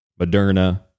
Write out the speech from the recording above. Moderna